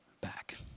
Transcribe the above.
back